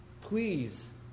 Please